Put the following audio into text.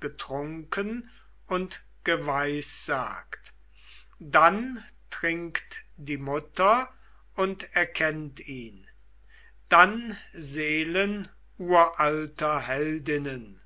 getrunken und geweissagt dann trinkt die mutter und erkennt ihn dann seelen uralter heldinnen